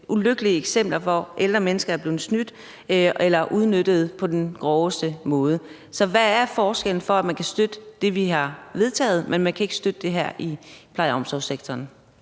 ulykkelige eksempler, hvor ældre mennesker er blevet snydt eller udnyttet på den groveste måde. Så hvorfor kan man støtte det, der er vedtaget, men ikke det her i pleje- og omsorgssektoren?